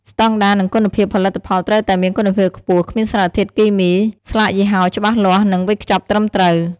ស្តង់ដារ និងគុណភាព ផលិតផលត្រូវតែមានគុណភាពខ្ពស់ គ្មានសារធាតុគីមី ស្លាកយីហោច្បាស់លាស់ និងវេចខ្ចប់ត្រឹមត្រូវ។